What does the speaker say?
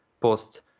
post